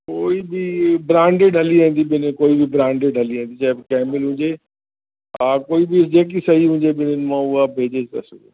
कोई बि ब्रांडेड हली वेंदी ॿिन्हनि कोई बि ब्रांडेड हली वेंदी जैम कैमिल हुजे हा कोई बि जेकी सही हुजे ॿिन्हनि मां उहा भेजे था सघो